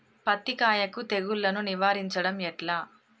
పత్తి కాయకు తెగుళ్లను నివారించడం ఎట్లా?